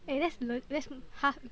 eh that's le~ that's half